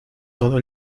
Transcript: todo